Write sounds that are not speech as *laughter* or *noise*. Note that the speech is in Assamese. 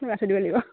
*unintelligible* দিব লাগিব